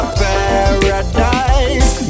paradise